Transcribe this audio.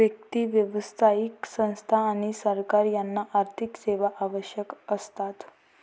व्यक्ती, व्यावसायिक संस्था आणि सरकार यांना आर्थिक सेवा आवश्यक असतात